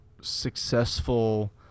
successful